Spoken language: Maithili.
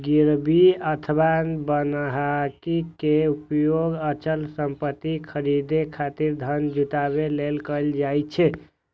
गिरवी अथवा बन्हकी के उपयोग अचल संपत्ति खरीदै खातिर धन जुटाबै लेल कैल जाइ छै